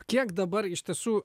kiek dabar iš tiesų